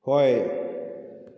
ꯍꯣꯏ